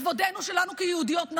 בכבודנו שלנו כנשים יהודיות,